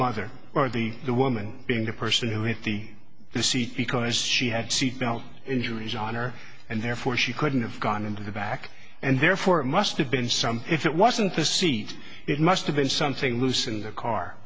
mother or the the woman being the person who hit the the seat because she had seatbelt injuries on her and therefore she couldn't have gone into the back and therefore it must have been some if it wasn't the seat it must have been something loose in the car